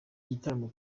gitaramo